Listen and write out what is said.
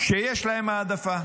שיש להן העדפה: